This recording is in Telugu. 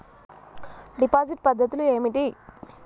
డిపాజిట్ పద్ధతులు ఏమిటి?